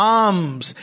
arms